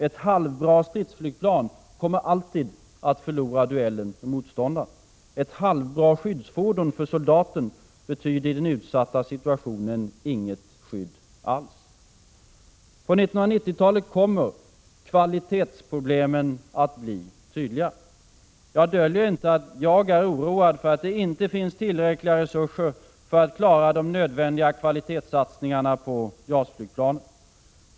Ett halvbra stridsflygplan kommer alltid att förlora duellen med motståndaren. Ett halvbra skyddsfordon för soldaten betyder i den utsatta situationen inget skydd alls. På 1990-talet kommer kvalitetsproblemen att bli tydliga. Jag döljer inte att jag är oroad för att det inte finns tillräckliga resurser för att klara de nödvändiga kvalitetssatsningarna på JAS-flygplanet.